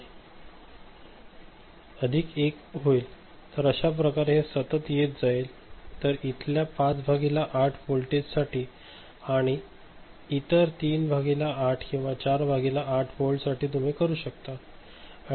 1 होईल तर अश्या प्रकारे हे सतत येत जाईल तर इथल्या 5 भागिले 8 व्होल्टेजसाठी आणि इतर 3 भागिले 8 किंवा 4 भागिले 8 वोल्ट साठी तुम्ही करू शकता